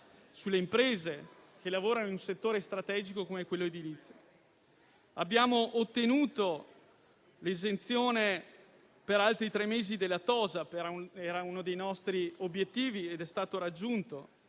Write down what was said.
sulle imprese che lavorano in un settore strategico come quello edilizio. Abbiamo ottenuto l'esenzione per altri tre mesi della TOSAP: si tratta di uno dei nostri obiettivi ed è stato raggiunto.